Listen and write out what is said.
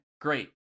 Great